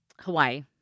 Hawaii